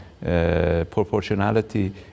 Proportionality